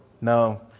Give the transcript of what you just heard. No